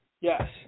Yes